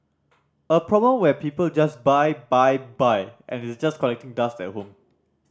a problem where people just buy buy buy and it's just collecting dust at home